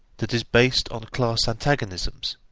that is based on class antagonisms,